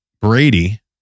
Brady